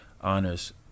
honors